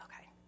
Okay